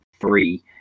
three